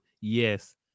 Yes